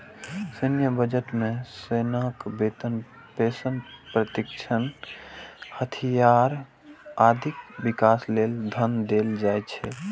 सैन्य बजट मे सेनाक वेतन, पेंशन, प्रशिक्षण, हथियार, आदिक विकास लेल धन देल जाइ छै